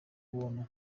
buntu